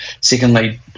secondly